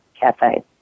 Cafe